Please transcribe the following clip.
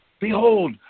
behold